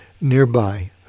nearby